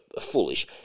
foolish